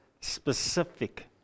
specific